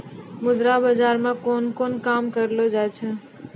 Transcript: मुद्रा बाजार मे कोन कोन काम करलो जाय छै